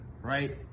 right